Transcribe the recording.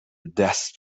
دست